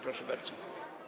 Proszę bardzo.